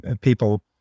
people